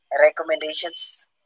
recommendations